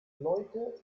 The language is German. leute